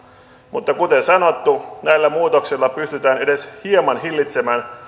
mutta kuten sanottu näillä muutoksilla pystytään edes hieman hillitsemään